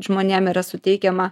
žmonėm yra suteikiama